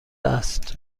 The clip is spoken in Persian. است